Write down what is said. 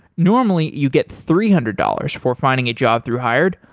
normally, you get three hundred dollars for finding a job through hired,